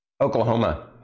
Oklahoma